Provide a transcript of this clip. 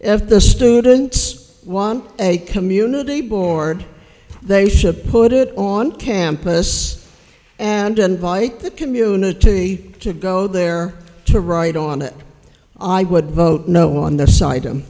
if the students want a community board they ship put it on campus and invite the community to go there to write on it i would vote no on the site